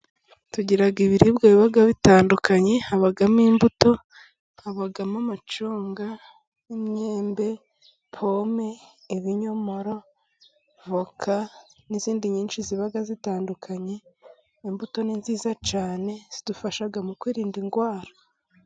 Tugira ibiribwa biba bitandukanye, habamo imbuto, habamo amacunga n'imyembe, pome, ibinyomoro, voka n'izindi nyinshi ziba zitandukanye. Imbuto ni nziza cyane; zidufasha mu kwirinda indwara.